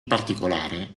particolare